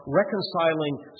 reconciling